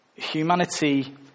Humanity